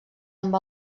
amb